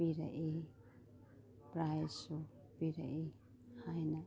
ꯄꯤꯔꯛꯏ ꯄ꯭ꯔꯥꯏꯁꯁꯨ ꯄꯤꯔꯛꯏ ꯍꯥꯏꯅ